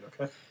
okay